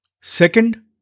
Second